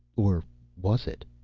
or was it?